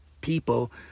people